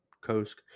Kosk